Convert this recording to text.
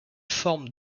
forme